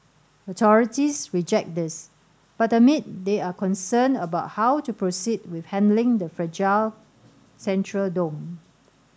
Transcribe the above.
authorities reject this but admit they are concerned about how to proceed with handling the fragile central dome